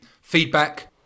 feedback